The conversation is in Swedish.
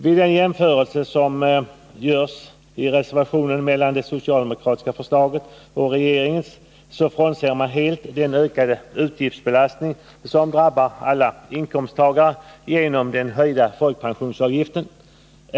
Vid den jämförelse som görs i reservationen mellan det socialdemokratiska förslaget och regeringens bortser man helt från den ökade utgiftsbelastning som drabbar alla inkomsttagare genom den höjda folkpensionsavgiften.